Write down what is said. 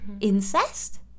incest